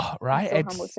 right